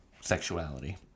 sexuality